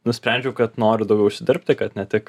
nusprendžiau kad noriu daugiau užsidirbti kad ne tik